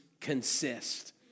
consist